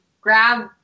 grab